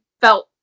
felt